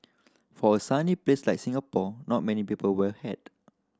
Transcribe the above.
for a sunny place like Singapore not many people wear a hat